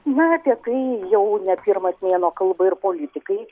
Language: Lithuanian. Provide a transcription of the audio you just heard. na apie tai jau ne pirmas mėnuo kalba ir politikai